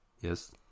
Yes